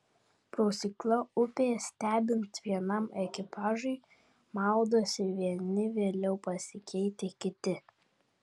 prausykla upėje stebint vienam ekipažui maudosi vieni vėliau pasikeitę kiti